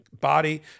body